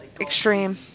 extreme